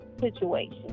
situation